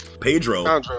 Pedro